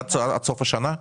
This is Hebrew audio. עד סוף השנה?